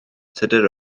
tudur